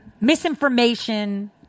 Misinformation